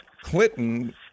Clinton